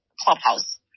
clubhouse